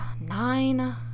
Nine